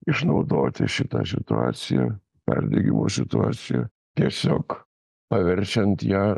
išnaudoti šitą situaciją perdegimo situaciją tiesiog paverčiant ją